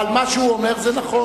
אבל מה שהוא אומר נכון,